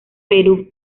perú